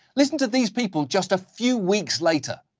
listen to these people just a few weeks later.